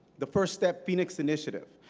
the first step phoenix initiative.